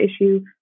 issue